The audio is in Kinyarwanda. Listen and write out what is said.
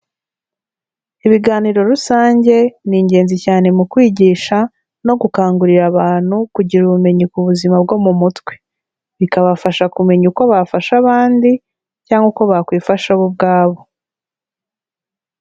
Ibiganiro rusange ni ingenzi cyane mu kwigisha no gukangurira abantu kugira ubumenyi ku buzima bwo mu mutwe, bikabafasha kumenya uko bafasha abandi, cyangwa uko bakwifasha bo ubwabo.